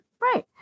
Right